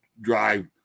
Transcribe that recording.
drive